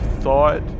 thought